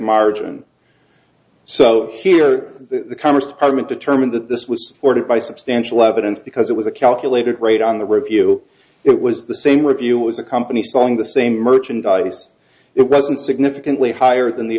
margin so here the commerce department determined that this was ordered by substantial evidence because it was a calculated raid on the review it was the same review with the company selling the same merchandise it wasn't significantly higher than the